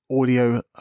audio